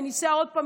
וניסה עוד פעם,